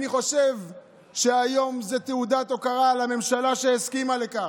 אני חושב שהיום זו תעודת הוקרה לממשלה שהסכימה לכך,